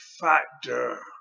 factor